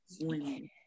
women